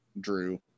Drew